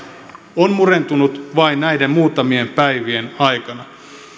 on murentunut vain näiden muutamien päivien aikana